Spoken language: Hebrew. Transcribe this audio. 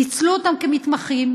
ניצלו אותם כמתמחים,